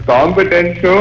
Competence